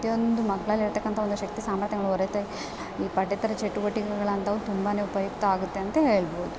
ಪ್ರತಿಯೊಂದು ಮಕ್ಳಲ್ಲಿರ್ತಕ್ಕಂಥ ಒಂದು ಶಕ್ತಿ ಸಾಮರ್ಥ್ಯ ಹೊರ ತೆ ಪಠ್ಯೇತರ ಚಟುವಟಿಕೆಗಳಂಥವು ತುಂಬಾ ಉಪಯುಕ್ತ ಆಗುತ್ತೆ ಅಂತ ಹೇಳ್ಬೋದು